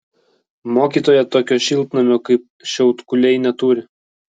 mokytoja tokio šiltnamio kaip šiaudkuliai neturi